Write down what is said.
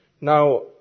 Now